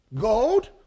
gold